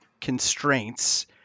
constraints